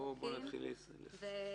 שוב,